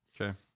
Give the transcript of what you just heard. Okay